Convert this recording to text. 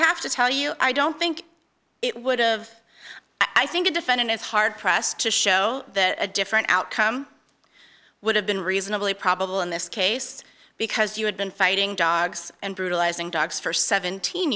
to tell you i don't think it would've i think a defendant is hard pressed to show that a different outcome would have been reasonably probable in this case because you had been fighting dogs and brutalizing dogs for seventeen